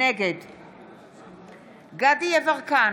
נגד דסטה גדי יברקן,